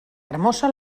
hermosa